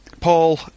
Paul